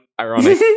Ironic